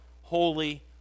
holy